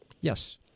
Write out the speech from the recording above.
Yes